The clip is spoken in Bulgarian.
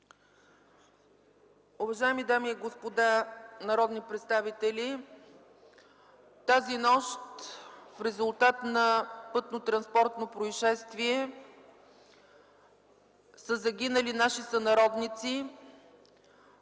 Уважаеми дами и господа народни представители! Тази нощ в резултат на пътно-транспортно произшествие са загинали наши сънародници,